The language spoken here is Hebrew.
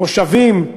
מושבים,